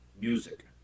music